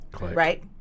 Right